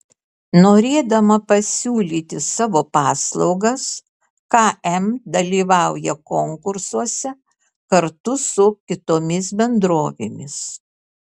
norėdama pasiūlyti savo paslaugas km dalyvauja konkursuose kartu su kitomis bendrovėmis